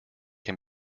can